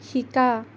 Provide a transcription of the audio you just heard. শিকা